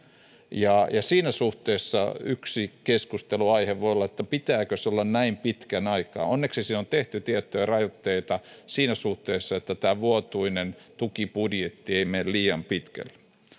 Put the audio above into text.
siinä suhteessa yksi keskustelunaihe voi olla pitääkö sen olla näin pitkän aikaa onneksi siihen on tehty tiettyjä rajoitteita siinä suhteessa että tämä vuotuinen tukibudjetti ei mene liian pitkälle